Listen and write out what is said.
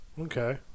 Okay